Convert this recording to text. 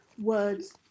words